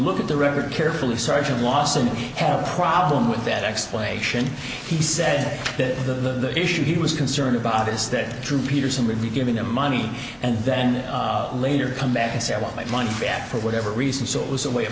look at the record carefully sergeant lawson you have a problem with that explanation he said that the issue he was concerned about is that drew peterson would be giving them money and then later come back and say i want my money back for whatever reason so it was a way of